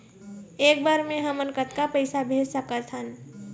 एक बर मे हमन कतका पैसा भेज सकत हन?